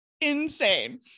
Insane